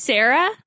Sarah